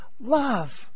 love